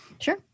Sure